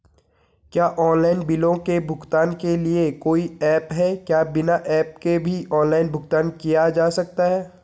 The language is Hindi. क्या ऑनलाइन बिलों के भुगतान के लिए कोई ऐप है क्या बिना ऐप के भी ऑनलाइन भुगतान किया जा सकता है?